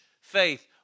faith